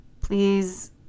Please